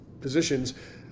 positions